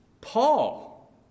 Paul